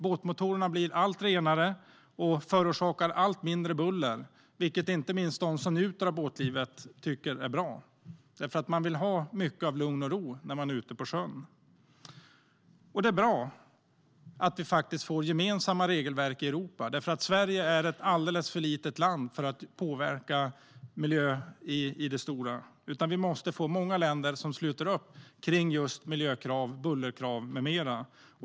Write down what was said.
Båtmotorerna blir allt renare och förorsakar allt mindre buller, vilket inte minst de som njuter av båtlivet tycker är bra. Man vill ha mycket av lugn och ro när man är ute på sjön. Lag om fritidsbåtar och vattenskotrar Det är bra att vi får gemensamma regelverk i Europa. Sverige är ett alldeles för litet land för att kunna påverka miljön i det stora. Vi måste få många länder som sluter upp kring just miljökrav, bullerkrav med mera.